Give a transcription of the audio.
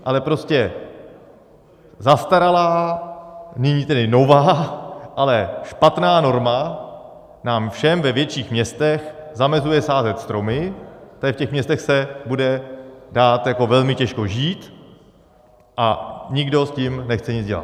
Ale prostě zastaralá, nyní tedy nová, ale špatná norma nám všem ve větších městech zamezuje sázet stromy, v těchto městech se bude dát velmi těžko žít a nikdo s tím nechce nic dělat.